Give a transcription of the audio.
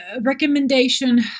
recommendation